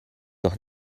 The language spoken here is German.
doch